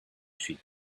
sheep